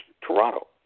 Toronto